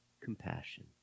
compassion